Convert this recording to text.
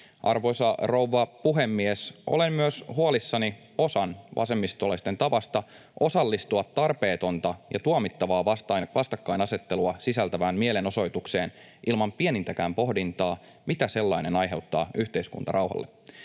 Arvoisa rouva puhemies! Olen myös huolissani osan vasemmistolaisista tavasta osallistua tarpeetonta ja tuomittavaa vastakkainasettelua sisältävään mielenosoitukseen ilman pienintäkään pohdintaa, mitä sellainen aiheuttaa yhteiskuntarauhalle.